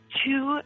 two